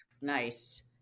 Nice